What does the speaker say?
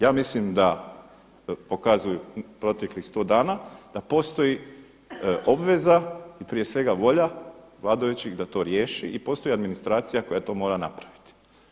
Ja mislim da pokazuje proteklih sto dana da postoji obveza i prije svega volja vladajućih da to riješi i postoji administracija koja to mora napraviti.